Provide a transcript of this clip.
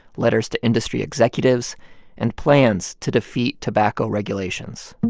letters to industry executives and plans to defeat tobacco regulations